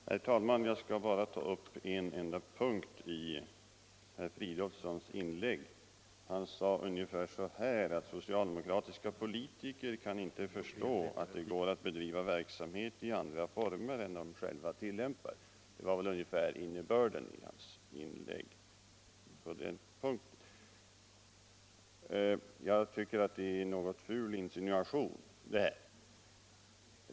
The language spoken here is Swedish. Herr talman! Jag skall bara ta upp en enda punkt i herr Fridolfssons inlägg. Han sade att socialdemokratiska politiker inte kan förstå att det går att bedriva verksamhet i andra former än de själva tillämpar. Jag tycker att det är något av en ful insinuation.